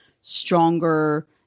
stronger